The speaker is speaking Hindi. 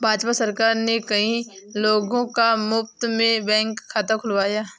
भाजपा सरकार ने कई लोगों का मुफ्त में बैंक खाता खुलवाया